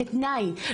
כתנאי.